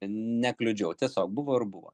nekliudžiau tiesiog buvo ir buvo